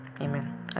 Amen